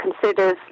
considers